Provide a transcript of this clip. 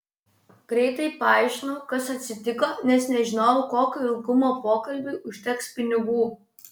greitai paaiškinau kas atsitiko nes nežinojau kokio ilgumo pokalbiui užteks pinigų